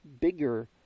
bigger